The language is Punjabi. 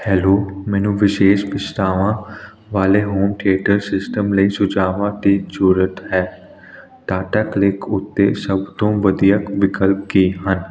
ਹੈਲੋ ਮੈਨੂੰ ਵਿਸ਼ੇਸ਼ ਵਿਸ਼ੇਸ਼ਤਾਵਾਂ ਵਾਲੇ ਹੋਮ ਥੀਏਟਰ ਸਿਸਟਮ ਲਈ ਸੁਝਾਵਾਂ ਦੀ ਜ਼ਰੂਰਤ ਹੈ ਟਾਟਾ ਕਲਿਕ ਉੱਤੇ ਸਭ ਤੋਂ ਵਧੀਆ ਵਿਕਲਪ ਕੀ ਹਨ